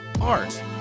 art